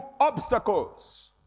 obstacles